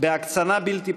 ובהקצנה בלתי פוסקת,